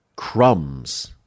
crumbs